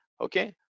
okay